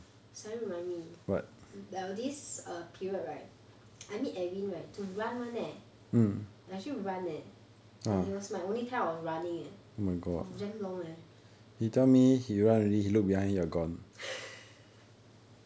suddenly remind me I got this err period right I meet edwin right to run [one] leh like actually run leh then it was my only type of running leh for damn long leh